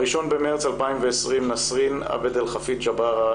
ב-1 במרץ 2020 נסרין עבד אלחפיז ג'בארה,